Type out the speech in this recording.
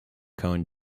cone